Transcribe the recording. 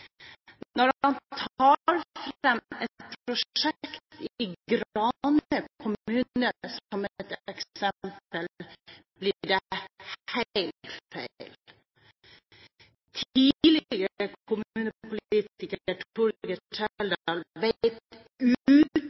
Når han tar fram et prosjekt i Grane kommune som et eksempel, blir det